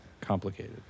complicated